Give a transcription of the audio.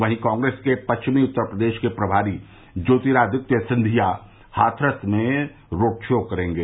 वहीं कॉंग्रेस के पश्चिमी उत्तर के प्रभारी ज्योतिरादित्य सिधिन्या हाथरस में रोड शो करेंगे